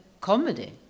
comedy